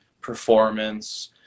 performance